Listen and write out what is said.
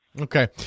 Okay